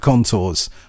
contours